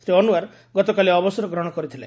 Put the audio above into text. ଶ୍ରୀ ଅନ୍ୱାର୍ ଗତକାଲି ଅବସର ଗ୍ରହଣ କରିଥିଲେ